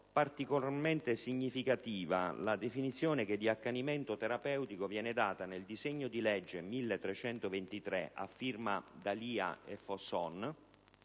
particolarmente significativa la definizione che di accanimento terapeutico viene data nel disegno di legge n. 1323 dei senatori D'Alia e Fosson.